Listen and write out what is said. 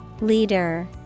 Leader